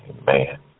Man